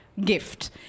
gift